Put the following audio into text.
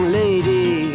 lady